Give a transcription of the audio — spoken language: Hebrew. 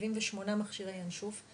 78 מכשירי ינשוף.